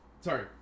sorry